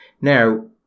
Now